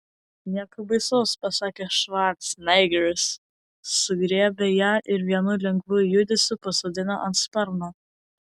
nieko baisaus pasakė švarcnegeris sugriebė ją ir vienu lengvu judesiu pasodino ant sparno